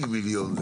לא 80 מיליון.